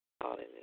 Hallelujah